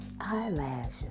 Eyelashes